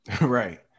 Right